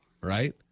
right